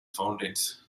fountains